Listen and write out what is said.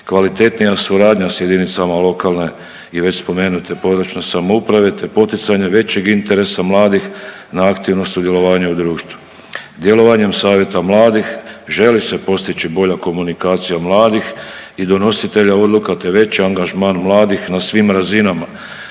Kvalitetnija suradnja sa jedinicama lokalne i već spomenute područne samouprave, te poticanje većeg interesa mladih na aktivno sudjelovanje u društvu. Djelovanjem Savjeta mladih želi se postići bolja komunikacija mladih i donositelja odluka, te veći angažman mladih na svim razinama